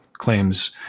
claims